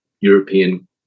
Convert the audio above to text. European